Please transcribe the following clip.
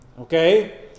Okay